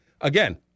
Again